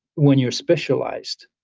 when you're specialized,